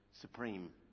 supreme